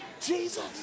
Jesus